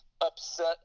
upset